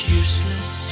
useless